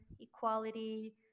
equality